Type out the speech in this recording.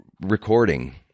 recording